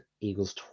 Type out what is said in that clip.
Eagles